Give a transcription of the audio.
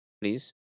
please